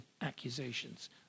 accusations